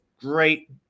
great